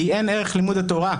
כי אין ערך לימוד התורה,